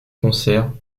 concert